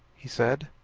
he said,